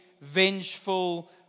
vengeful